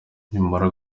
nimara